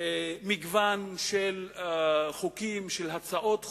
מגוון של חוקים, של הצעות חוק,